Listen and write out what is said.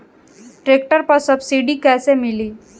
Tractor पर subsidy कैसे मिली?